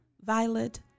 Violet